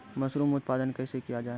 Mushroom उत्पादन कैसे किया जाय?